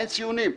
אין ציונים.